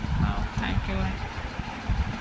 ହଉ thank you ଭାଇ